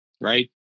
right